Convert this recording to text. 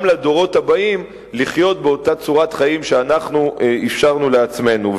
לדורות הבאים לחיות באותה צורת חיים שאנחנו אפשרנו לעצמנו.